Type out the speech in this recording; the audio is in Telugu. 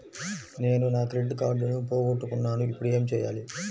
నేను నా క్రెడిట్ కార్డును పోగొట్టుకున్నాను ఇపుడు ఏం చేయాలి?